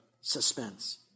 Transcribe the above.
suspense